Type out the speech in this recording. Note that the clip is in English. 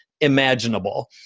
imaginable